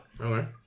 Okay